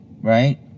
right